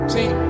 See